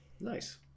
Nice